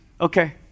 okay